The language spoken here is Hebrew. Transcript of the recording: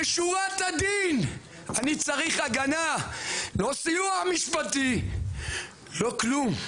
משורת הדין אני צריך הגנה לא סיוע משפטי לא כלום,